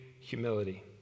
humility